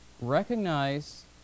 Recognize